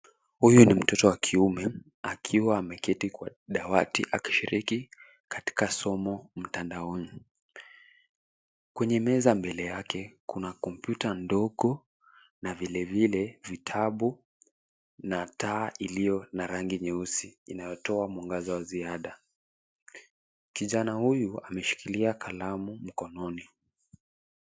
Huyu ni mtoto wa kiume akiwa ameketi kwa dawati akishiriki katika somo mtandaoni. Kwenye meza mbele yake kuna kompyuta ndogo na vilevile vitabu na taa iliyo na rangi nyeusi inayotoa mwangaza wa ziada. Kijana huyu ameshikilia kalamu mkononi.